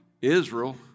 Israel